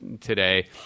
today